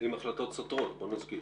עם החלטות סותרות, בוא נזכיר.